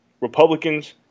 Republicans